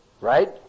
right